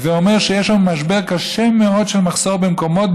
הווי אומר שיש שם משבר קשה מאוד של מחסור במקומות,